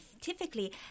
scientifically